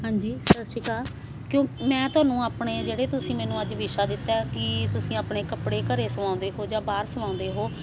ਹਾਂਜੀ ਸਤਿ ਸ਼੍ਰੀ ਅਕਾਲ ਕਿਉਂ ਮੈਂ ਤੁਹਾਨੂੰ ਆਪਣੇ ਜਿਹੜੇ ਤੁਸੀਂ ਮੈਨੂੰ ਅੱਜ ਵਿਸ਼ਾ ਦਿੱਤਾ ਕਿ ਤੁਸੀਂ ਆਪਣੇ ਕੱਪੜੇ ਘਰ ਸਵਾਉਂਦੇ ਹੋ ਜਾਂ ਬਾਹਰ ਸਵਾਉਂਦੇ ਹੋ